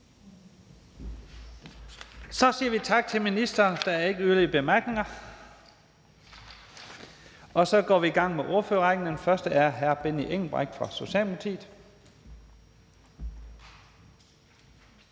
Så siger vi tak til ministeren. Der er ikke yderligere korte bemærkninger. Så går vi i gang med ordførerrækken, og den første ordfører er hr. Benny Engelbrecht fra Socialdemokratiet.